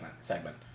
segment